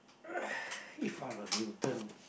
if I'm a mutant